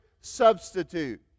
substitute